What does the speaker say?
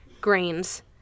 grains